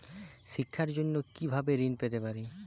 শিক্ষার জন্য কি ভাবে ঋণ পেতে পারি?